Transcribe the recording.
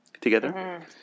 together